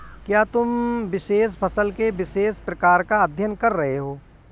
क्या तुम विशेष फसल के विशेष प्रकार का अध्ययन कर रहे हो?